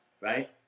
right